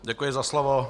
Děkuji za slovo.